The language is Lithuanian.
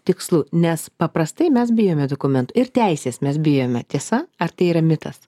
tikslu nes paprastai mes bijome dokumentų ir teisės mes bijome tiesa ar tai yra mitas